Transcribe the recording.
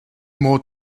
more